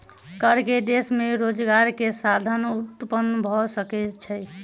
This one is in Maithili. कर से देश में रोजगार के साधन उत्पन्न भ सकै छै